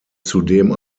zudem